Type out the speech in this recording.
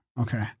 Okay